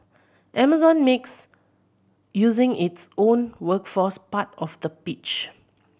Amazon makes using its own workforce part of the pitch